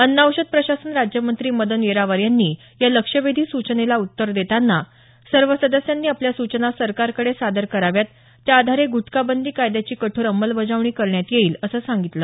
अन्न औषध प्रशासन राज्यमंत्री मदन येरावार यांनी या लक्षवेधी सूचनेला उत्तर देताना सर्व सदस्यांनी आपल्या सूचना सरकारकडे सादर कराव्यात त्या आधारे गुटखा बंदी कायद्याची कठोर अंमलबजावणी करण्यात येईल असं सांगितलं